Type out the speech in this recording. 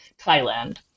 Thailand